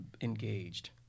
engaged